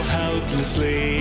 helplessly